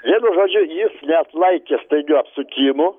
vienu žodžiu jis neatlaikė staigių apsukimų